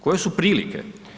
Koje su prilike?